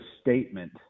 statement